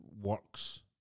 works